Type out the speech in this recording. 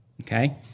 Okay